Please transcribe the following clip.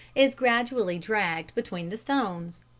is gradually dragged between the stones.